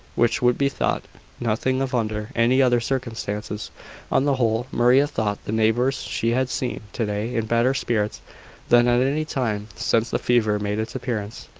which would be thought nothing of under any other circumstances on the whole, maria thought the neighbours she had seen to-day in better spirits than at any time since the fever made its appearance.